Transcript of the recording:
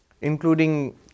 including